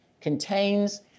contains